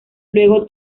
luego